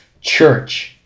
church